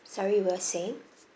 sorry you were saying